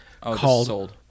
called